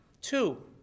Two